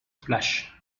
flash